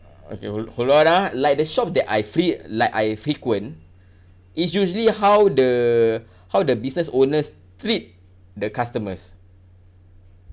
okay hold hold on ah like the shop that I fre~ like I frequent is usually how the how the business owners treat the customers